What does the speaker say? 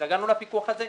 התרגלנו לפיקוח הזה,